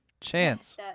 Chance